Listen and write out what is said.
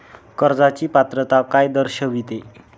कर्जाची पात्रता काय दर्शविते?